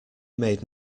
made